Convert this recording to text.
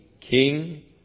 king